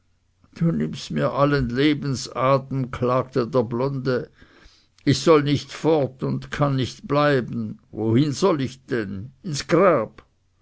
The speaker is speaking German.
du nimmst mir allen lebensatem klagte der blonde ich soll nicht fort und kann nicht bleiben wohin soll ich denn ins grab